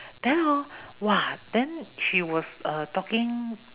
then hor !woah! then she was uh talking